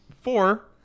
four